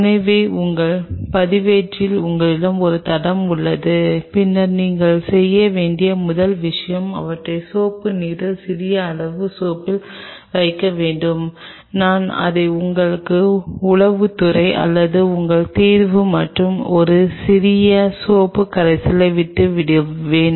எனவே உங்கள் பதிவேட்டில் உங்களிடம் ஒரு தடம் உள்ளது பின்னர் நீங்கள் செய்ய வேண்டிய முதல் விஷயம் அவற்றை சோப்பு நீரில் சிறிய அளவு சோப்பில் வைக்க வேண்டும் நான் அதை உங்கள் உளவுத்துறை அல்லது உங்கள் தீர்ப்பு மற்றும் ஒரு சிறிய சிறிய சோப்பு கரைசலை விட்டு விடுவேன்